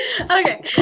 Okay